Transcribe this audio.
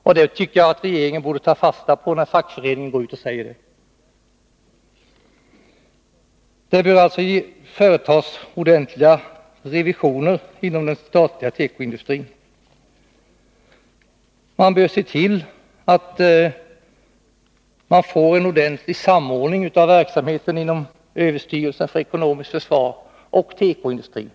Jag tycker att regeringen borde ta fasta på vad de fackliga företrädarna har sagt. kl Ordentliga revisioner bör genomföras inom den statliga tekoindustrin. Man bör se till att man skapar en samordning av verksamheten inom överstyrelsen för ekonomiskt försvar och tekoindustrin.